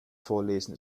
vorlesen